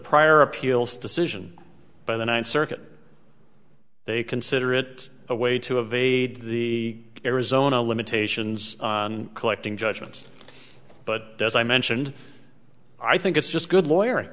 prior appeals decision by the ninth circuit they consider it a way to evade the arizona limitations on collecting judgments but does i mentioned i think it's just good lawyer